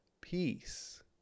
peace